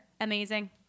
Amazing